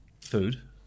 Food